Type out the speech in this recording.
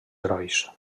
herois